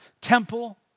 temple